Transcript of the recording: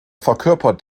verkörpert